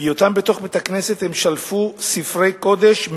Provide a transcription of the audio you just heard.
בהיותם בתוך בית-הכנסת הם שלפו ספרי קודש,